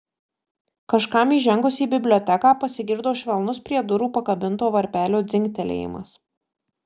kažkam įžengus į biblioteką pasigirdo švelnus prie durų pakabinto varpelio dzingtelėjimas